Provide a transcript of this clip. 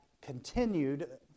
continued